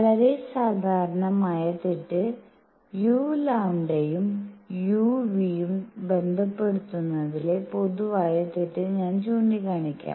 വളരെ സാധാരണമായ തെറ്റ് uλ ഉം uν ഉം ബന്ധപ്പെടുത്തുന്നതിലെ പൊതുവായ തെറ്റ് ഞാൻ ചൂണ്ടിക്കാണിക്കാം